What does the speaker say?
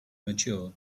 mature